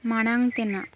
ᱢᱟᱲᱟᱝ ᱛᱮᱱᱟᱜ